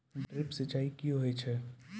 Drip सिंचाई कि होय छै?